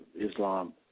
Islam